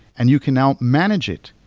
and you can now manage it,